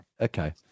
Okay